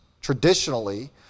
traditionally